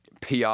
PR